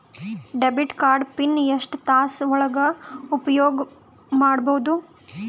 Debit card PIN ಎಷ್ಟ ತಾಸ ಒಳಗ ಉಪಯೋಗ ಮಾಡ್ಬಹುದು?